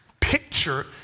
picture